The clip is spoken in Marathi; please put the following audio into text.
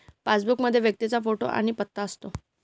पासबुक मध्ये व्यक्तीचा फोटो आणि पत्ता असतो